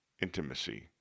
intimacy